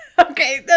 Okay